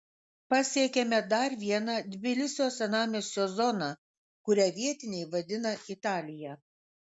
pasiekėme dar vieną tbilisio senamiesčio zoną kurią vietiniai vadina italija